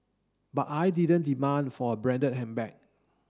but I didn't demand for a branded handbag